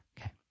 Okay